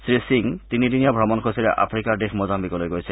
শ্ৰী সিঙ তিনিদিনীয়া ভ্ৰমণসূচীৰে আফ্ৰিকাৰ দেশ মোজাধিকলৈ গৈছে